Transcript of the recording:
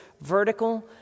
vertical